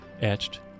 Etched